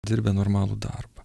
dirbę normalų darbą